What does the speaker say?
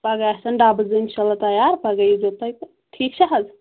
پگاہ آسَن ڈَبہٕ زٕ اِنشاءاللہ تیار پگاہ ییٖزیو تُہۍ تہٕ ٹھیٖک چھا حظ